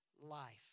life